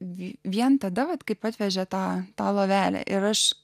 vien tada kai atvežė tą tą lovelę ir aš